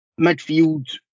midfield